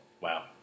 Wow